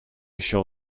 shall